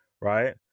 Right